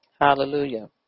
Hallelujah